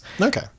okay